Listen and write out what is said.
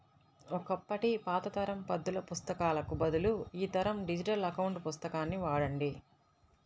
ఒకప్పటి పాత తరం పద్దుల పుస్తకాలకు బదులు ఈ తరం డిజిటల్ అకౌంట్ పుస్తకాన్ని వాడండి